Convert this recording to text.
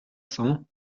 cents